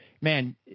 man